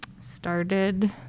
started